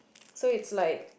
so is like